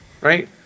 right